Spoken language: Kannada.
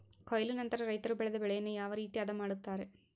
ಕೊಯ್ಲು ನಂತರ ರೈತರು ಬೆಳೆದ ಬೆಳೆಯನ್ನು ಯಾವ ರೇತಿ ಆದ ಮಾಡ್ತಾರೆ?